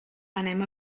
anem